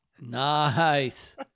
Nice